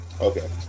Okay